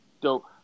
dope